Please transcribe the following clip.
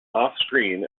offscreen